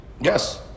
Yes